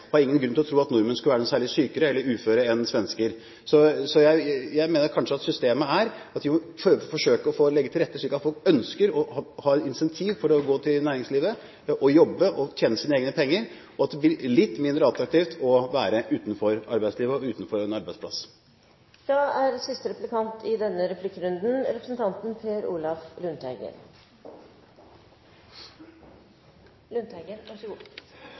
Sverige. Jeg har ingen grunn til å tro at nordmenn skulle være noe særlig sykere eller mer uføre enn svensker. Jeg mener kanskje at man må forsøke å legge systemet til rette, slik at folk ønsker og har incentiv til å gå til næringslivet og jobbe og tjene sine egne penger, og at det blir litt mindre attraktivt å være utenfor arbeidslivet og utenfor en arbeidsplass. Representanten Tybring-Gjedde er et friskt pust, og takk for det. Representanten